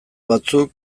batzuk